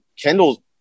Kendall